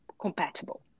compatible